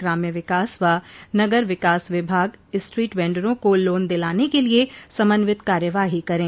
ग्राम्य विकास व नगर विकास विभाग स्ट्रीट वेंडरों को लोन दिलाने के लिए समन्वित कार्यवाही करें